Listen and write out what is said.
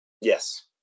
Yes